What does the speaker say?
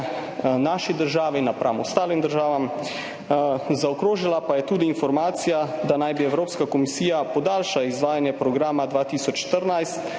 naši državi v primerjavi z ostalim državam? Zaokrožila pa je tudi informacija, da naj bi Evropska komisija podaljšala izvajanje programa